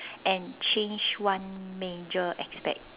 and change one major aspect